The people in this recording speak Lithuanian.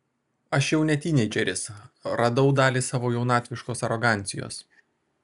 aš jau ne tyneidžeris radau dalį savo jaunatviškos arogancijos